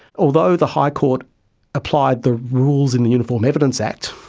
although the high court applied the rules in the uniform evidence act,